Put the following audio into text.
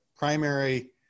Primary